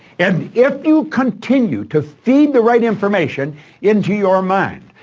and if you continue to feed the right information into your mind,